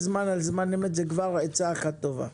זאת כבר עצה אחת טובה.